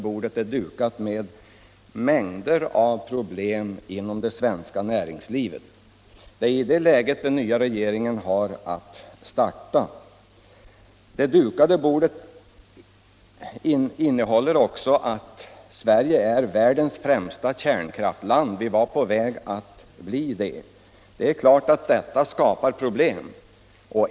Bordet är dukat med mängder av problem inom det svenska näringslivet. Det är i det läget den nya regeringen har att starta. Till dessa problem hör också att Sverige är på väg att bli världens främsta kärnkraftsland. Det är klart att det skapar problem.